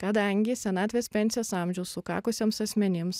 kadangi senatvės pensijos amžiaus sukakusiems asmenims